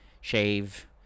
shave